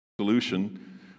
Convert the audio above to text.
solution